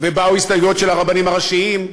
ובאו הסתייגויות של הרבנים הראשיים,